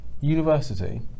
university